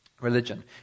religion